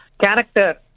character